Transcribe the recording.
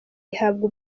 ihabwa